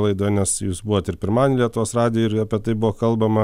laidoj nes jūs buvot ir pirmadienį lietuvos radijuj ir apie tai buvo kalbama